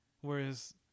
whereas